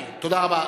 תודה.